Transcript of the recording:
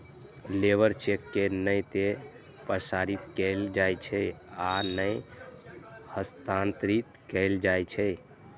labour cheque के नै ते प्रसारित कैल जाइ छै आ नै हस्तांतरित कैल जाइ छै